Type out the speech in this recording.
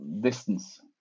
distance